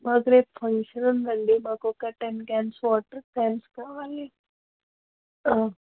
మాకు రేపు ఫంక్షన్ ఉందండి మాకు ఒక టెన్ క్యాన్స్ వాటర్ క్యాన్స్ కావాలి